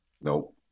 Nope